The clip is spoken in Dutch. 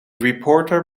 reporter